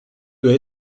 doit